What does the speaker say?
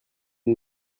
une